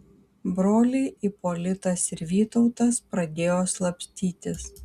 broliai ipolitas ir vytautas pradėjo slapstytis